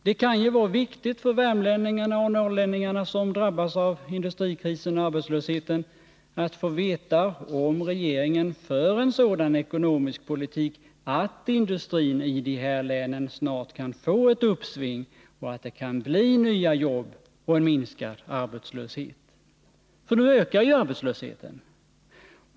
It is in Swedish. Det kan vara viktigt för värmlänningarna och norrlänningarna, som drabbas av industrikrisen och arbetslösheten, att få veta om regeringen för en sådan ekonomisk politik att industrin i de här länen snart kan få ett uppsving och det kan bli nya jobb och en minskad arbetslöshet. Nu ökar ju arbetslösheten.